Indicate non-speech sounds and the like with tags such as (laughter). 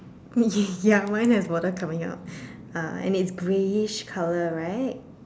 (laughs) ya mine has water coming out uh and it's greyish color right